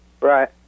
Right